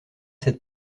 cette